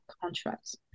contracts